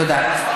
תודה.